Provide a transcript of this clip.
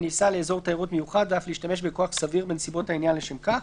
הכניסה לאזור תיירות מיוחד ואף להשתמש בכוח סביר בנסיבות העניין לשם כך.